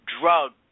drugs